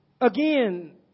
again